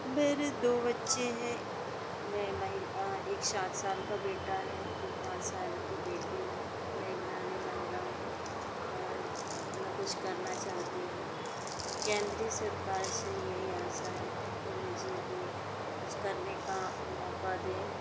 मेरे दो बच्चे हैं मैं महि एक सात साल का बेटा है एक पाँच साल की बेटी है मैं गृहणी महिला हूँ मैं मैं कुछ करना चाहती हूँ केन्द्रीय सरकार से यही आशा है कि मुझे भी कुछ करने का मौक़ा दे